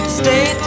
stay